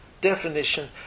Definition